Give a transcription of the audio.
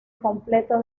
completo